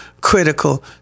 critical